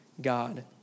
God